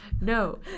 No